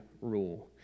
rule